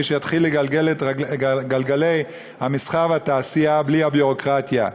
שיתחיל לגלגל את גלגלי המסחר והתעשייה בלי הביורוקרטיה.